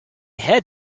head